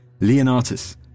Leonatus